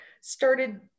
started